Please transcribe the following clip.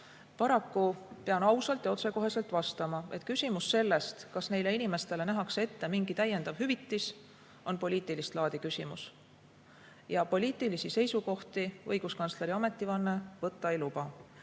Paraku pean ausalt ja otsekoheselt vastama, et küsimus sellest, kas neile inimestele nähakse ette mingi täiendav hüvitis, on poliitilist laadi. Ja poliitilisi seisukohti õiguskantsleri ametivanne võtta ei luba.